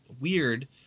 weird